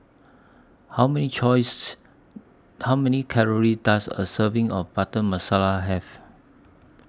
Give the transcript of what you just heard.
How Many Choice How Many Calories Does A Serving of Butter Masala Have